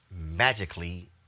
magically